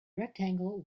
rectangle